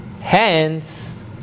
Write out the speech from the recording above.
Hence